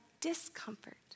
discomfort